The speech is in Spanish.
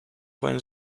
pueden